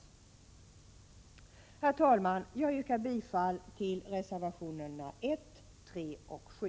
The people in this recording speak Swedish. Herr talman! Jag yrkar bifall till reservationerna 1, 3 och 7.